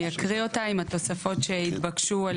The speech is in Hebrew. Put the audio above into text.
אני אקריא אותה עם התוספות שהתבקשו על